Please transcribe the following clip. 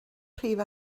prif